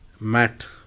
mat